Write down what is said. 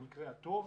במקרה הטוב,